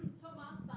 tomas